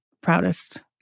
proudest